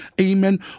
amen